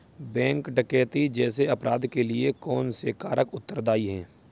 Bank डकैती जैसे अपराध के लिए कौन से कारक उत्तरदाई हैं?